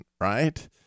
right